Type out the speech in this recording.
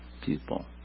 people